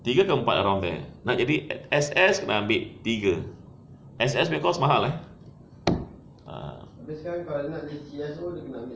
tiga ke empat around there nak jadi S_S ambil tiga S_S punya course mahal eh ah